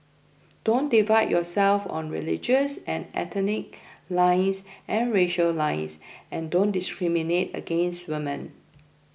don't divide yourself on religious and ethnic lines and racial lines and don't discriminate against women